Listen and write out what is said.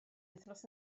wythnos